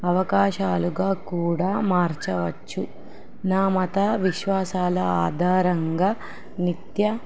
అవకాశాలుగా కూడా మార్చవచ్చు నా మత విశ్వాసాల ఆధారంగా నిత్య